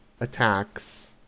attacks